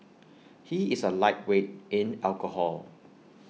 he is A lightweight in alcohol